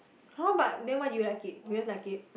[hah] but then why do you like it you just like it